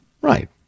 Right